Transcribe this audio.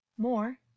More